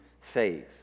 faith